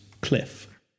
Cliff